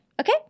Okay